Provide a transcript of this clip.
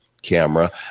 camera